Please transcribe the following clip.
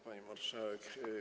Pani Marszałek!